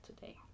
today